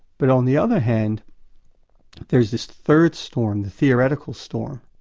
but on the other hand there is this third storm, the theoretical storm,